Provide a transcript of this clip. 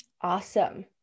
Awesome